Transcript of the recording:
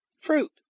fruit